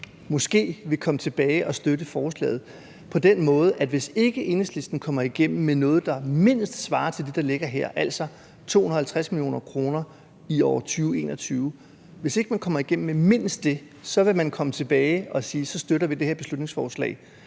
måske vil komme tilbage og støtte forslaget, på den måde, at hvis ikke Enhedslisten kommer igennem med noget, der mindst svarer til det, der ligger her, altså 250 mio. kr. i 2021, vil man komme tilbage og sige, at så støtter vi det her beslutningsforslag?